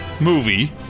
movie